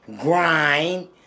grind